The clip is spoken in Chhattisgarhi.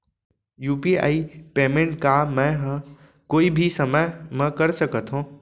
यू.पी.आई पेमेंट का मैं ह कोई भी समय म कर सकत हो?